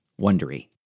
wondery